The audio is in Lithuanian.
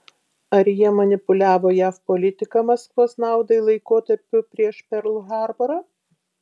ar jie manipuliavo jav politika maskvos naudai laikotarpiu prieš perl harborą